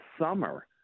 summer